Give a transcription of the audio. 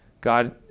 God